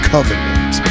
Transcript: Covenant